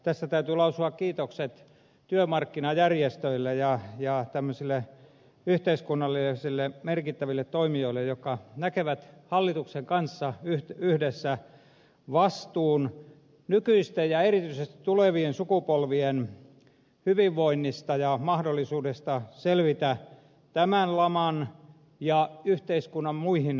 tässä täytyy lausua kiitokset työmarkkinajärjestöille ja tämmöisille yhteiskunnallisille merkittäville toimijoille jotka näkevät hallituksen kanssa yhdessä vastuun nykyisestä ja erityisesti tulevien sukupolvien hyvinvoinnista ja mahdollisuudesta selvitä tämän laman ja yhteiskunnan muista vaatimuksista